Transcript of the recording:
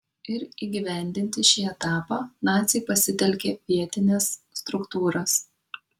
ir įgyvendinti šį etapą naciai pasitelkė vietines struktūras